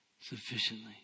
sufficiently